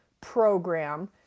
program